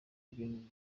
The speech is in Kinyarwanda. ibintu